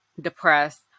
depressed